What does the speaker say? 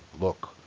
look